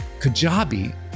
Kajabi